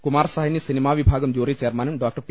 കുമാർ സാഹ്നി സിനിമാവിഭാഗം ജൂറി ചെയർമാനും doctor P